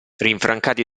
rinfrancati